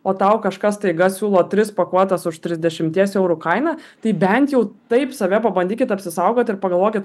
o tau kažkas staiga siūlo tris pakuotes už trisdešimties eurų kainą tai bent jau taip save pabandykit apsisaugoti ir pagalvokit